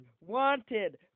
wanted